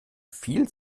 viel